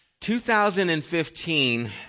2015